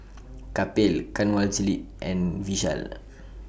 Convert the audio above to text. Kapil Kanwaljit and Vishal